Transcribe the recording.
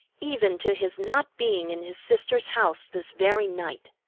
even to his not being in his sister's house this very night.